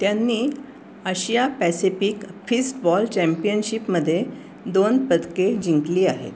त्यांनी Asia Pacific fistball चॅम्पियनशिपमध्ये दोन पदके जिंकली आहेत